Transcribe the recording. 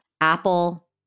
Apple